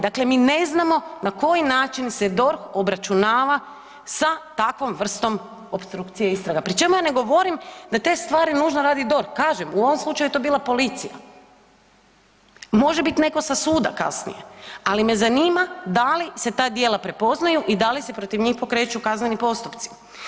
Dakle mi ne znamo na koji način se DORH obračunava sa takvom vrstom opstrukcije istraga pri čemu ja ne govorim da te stvari možda radi DORH, kažem u ovom slučaju je to bila policija, može biti netko sa suda kasnije, ali me zanima da li se ta djela prepoznaju i da li se protiv njih pokreću kazneni postupci.